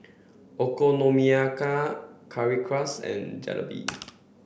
Okonomiyaki Currywurst and Jalebi